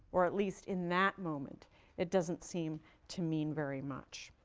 or, at least in that moment it doesn't seem to mean very much.